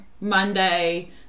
monday